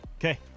Okay